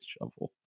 shovel